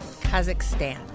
Kazakhstan